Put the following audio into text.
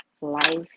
life